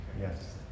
Yes